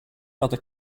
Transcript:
other